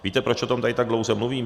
Víte, proč o tom tady tak dlouze mluvím?